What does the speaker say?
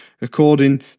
according